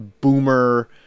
boomer